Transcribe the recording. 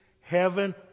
heaven